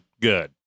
good